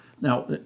Now